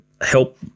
help